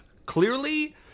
Clearly